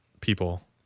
people